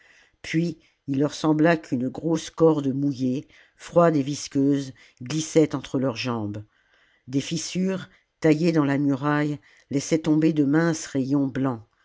puis il leur sembla qu'une grosse corde mouillée froide et visqueuse glissait entre leurs jambes des fissures taillées dans la muraille laissaient tomber de minces rayons blancs